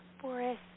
forest